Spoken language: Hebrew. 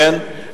כן,